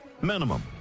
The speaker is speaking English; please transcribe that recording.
Minimum